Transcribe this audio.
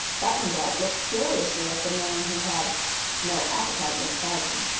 button-bright looked curiously at the man who had no appetite inside him,